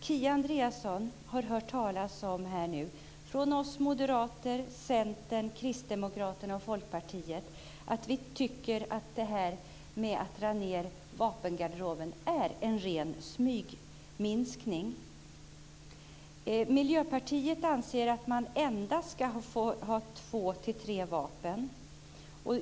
Kia Andreasson har nu hört från Moderaterna, Centern, Kristdemokraterna och Folkpartiet att vi tycker att förslaget att minska vapengarderoben är en ren smygminskning. Miljöpartiet anser att jägare ska få ha endast två-tre vapen.